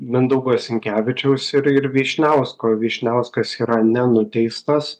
mindaugo sinkevičiaus ir ir vyšniausko vyšniauskas yra nenuteistas